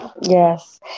Yes